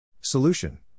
Solution